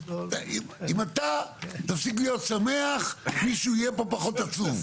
אם אתה תפסיק להיות שמח, מישהו יהיה פה פחות עצוב.